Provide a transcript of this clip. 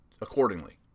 accordingly